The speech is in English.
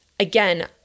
again